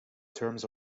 terms